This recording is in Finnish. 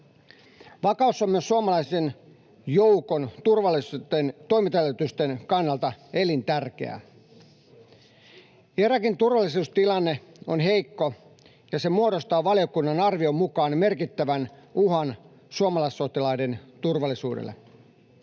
Vakaus on myös suomalaisen joukon turvallisten toimintaedellytysten kannalta elintärkeää. Irakin turvallisuustilanne on heikko, ja se muodostaa valiokunnan arvion mukaan merkittävän uhkan suomalaissotilaiden turvallisuudelle.